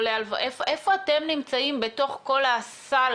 איפה אתם נמצאים בתוך כל הסל